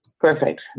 Perfect